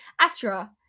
Astra